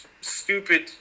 stupid